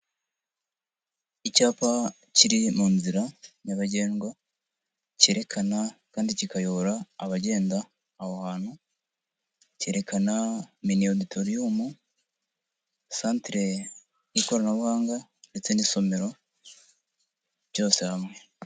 Icyapa kiri mu nzira nyabagendwa, cyerekana kandi kikayobora abagenda aho hantu, cyerekana main auditorium, centre y'ikoranabuhanga ndetse n'isomero ryose hamwe.